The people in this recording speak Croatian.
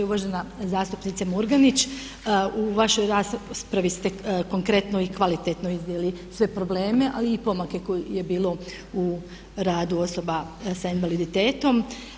Uvažena zastupnica Murganić, u vašoj raspravi ste konkretno i kvalitetno iznijeli sve probleme ali i pomake koji ih je bilo u radu osoba s invaliditetom.